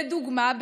לדוגמה,